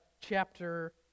Chapter